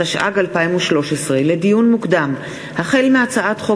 התשע"ג 2013. לדיון מוקדם: החל בהצעת חוק